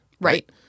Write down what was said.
right